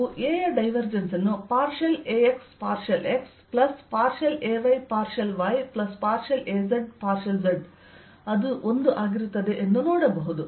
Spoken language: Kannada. ನೀವು A ಯ ಡೈವರ್ಜೆನ್ಸ್ ಅನ್ನು partial Ax partial x plus partial Ay partial y plus partial Az partial zಅದು 1 ಆಗಿರುತ್ತದೆ ಎಂದು ನೀವು ನೋಡಬಹುದು